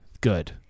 good